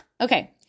Okay